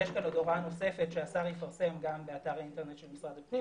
יש כאן הוראה נוספת שהשר יפרסם גם באתר האינטרנט של משרד הפנים